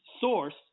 source